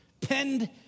pinned